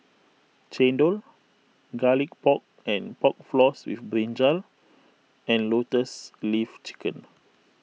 Chendol Garlic Pork and Pork Floss with Brinjal and Lotus Leaf Chicken